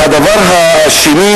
הדבר האחר,